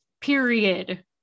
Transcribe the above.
Period